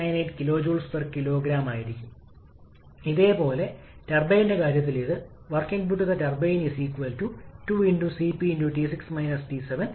അതിനാൽ ഈ രീതിയിൽ നമ്മൾക്ക് രണ്ട് വ്യത്യസ്ത ടർബൈനുകൾ ഉപയോഗിക്കാം കണക്കുകൂട്ടൽ വളരെ ദൈർഘ്യമേറിയതാണ് എന്നാൽ നിങ്ങൾ എല്ലായ്പ്പോഴും ഐസന്റ്രോപിക് കാര്യക്ഷമത ഉപയോഗിക്കേണ്ടതുണ്ടെന്ന് നിങ്ങൾ ഓർമ്മിക്കേണ്ടതാണ്